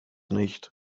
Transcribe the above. nicht